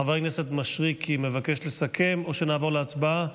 חבר הכנסת מישרקי מבקש לסכם או שנעבור להצבעה?